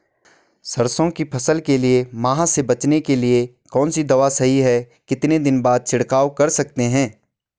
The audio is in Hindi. सरसों की फसल के लिए माह से बचने के लिए कौन सी दवा सही है कितने दिन बाद छिड़काव कर सकते हैं?